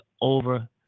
over